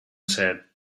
said